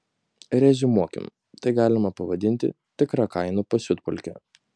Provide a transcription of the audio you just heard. reziumuokim tai galima pavadinti tikra kainų pasiutpolke